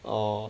oh